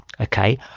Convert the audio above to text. Okay